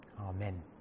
Amen